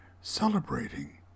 celebrating